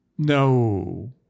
No